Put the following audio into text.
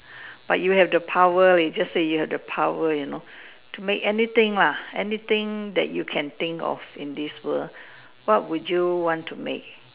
but you have the power leh just say you have the power you know to make anything lah anything that you can think of in this world what would you want to make